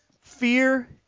Fear